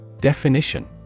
Definition